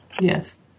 Yes